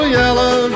yellow